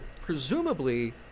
Presumably